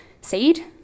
seed